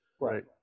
Right